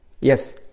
Yes